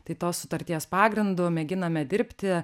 tai tos sutarties pagrindu mėginame dirbti